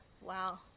Wow